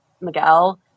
Miguel